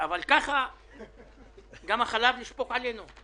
רק בעניין הילדים מדובר בסדר גודל של 1.2